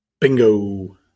Bingo